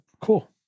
cool